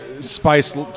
Spice